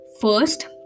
First